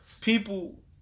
People